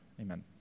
Amen